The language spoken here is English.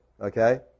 okay